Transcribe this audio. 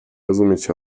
rozumieć